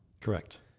Correct